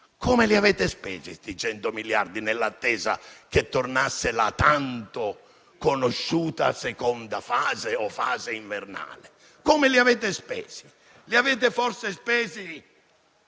Come li avete spesi 100 miliardi nell'attesa che tornasse la tanto conosciuta seconda fase o fase invernale? Come li avete spesi? Li avete forse spesi